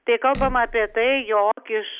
tai kalbama apie tai jog iš